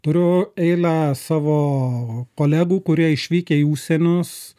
turiu eilę savo kolegų kurie išvykę į užsienius